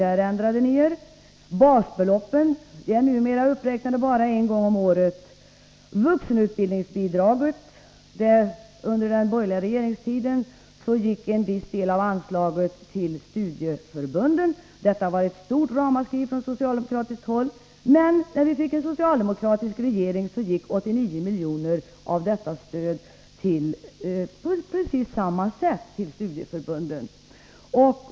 Där ändrade ni er. Basbeloppet uppräknas numera bara en gång om året. Vidare: Under den borgerliga regeringstiden gick en viss del av anslaget till vuxenutbildningsbidraget till studieförbunden. Detta orsakade ett ramaskri från socialdemokratiskt håll, men när vi fick en socialdemokratisk regering gick 89 milj.kr. av detta stöd på precis samma sätt till studieförbunden.